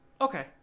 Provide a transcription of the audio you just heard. Okay